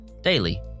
daily